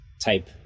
type